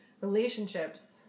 relationships